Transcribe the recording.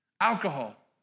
alcohol